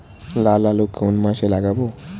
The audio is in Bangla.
লাল আলু কোন মাসে লাগাব?